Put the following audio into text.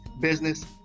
business